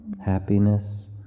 happiness